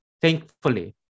Thankfully